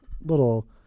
little